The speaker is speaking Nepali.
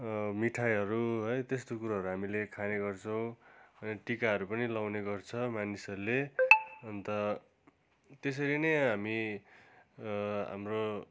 मिठाईहरू है त्यस्तो कुरोहरू हामीले खाने गर्छौँ अनि टिकाहरू पनि लगाउने गर्छ मानिसहरूले अन्त त्यसरी नै हामी हाम्रो